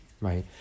right